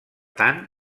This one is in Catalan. tant